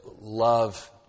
love